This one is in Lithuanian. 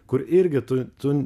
kur irgi tu tu